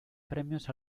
premios